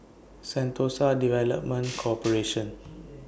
Sentosa Development Corporation